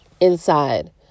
inside